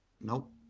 Nope